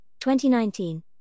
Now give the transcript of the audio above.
2019